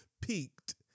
peaked